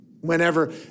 whenever